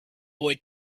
boy